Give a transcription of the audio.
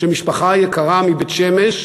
שמשפחה יקרה מבית-שמש,